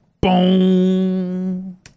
boom